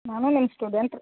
ನಾನು ನಿಮ್ಮ ಸ್ಟೂಡೆಂಟ್ ರೀ